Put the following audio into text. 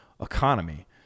economy